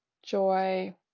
joy